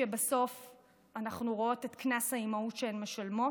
שבסוף אנחנו רואות את קנס האימהות שהן משלמות,